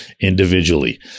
individually